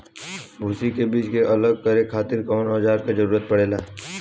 भूसी से बीज के अलग करे खातिर कउना औजार क जरूरत पड़ेला?